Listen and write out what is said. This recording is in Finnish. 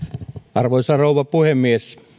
arvoisa rouva puhemies